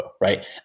right